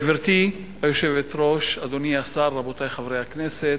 גברתי היושבת-ראש, אדוני השר, רבותי חברי הכנסת,